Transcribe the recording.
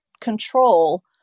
control